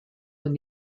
when